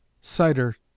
CIDER